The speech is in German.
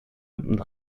und